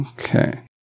okay